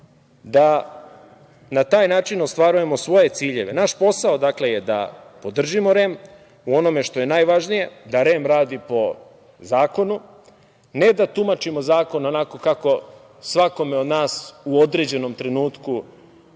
da na taj način ostvarujemo svoje ciljeve. Naš posao, dakle, je da podržimo REM u onome što je najvažnije, da REM radi po zakonu, ne da tumačimo zakon onako kako svakome od nas u određenom trenutku